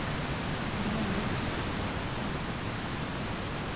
ᱫᱤᱱᱟᱹᱢ ᱦᱤᱞᱟᱹᱜ